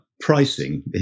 pricing